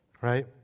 Right